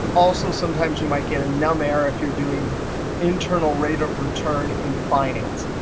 also, sometimes you might get a num error if you're doing internal rate of return in finance.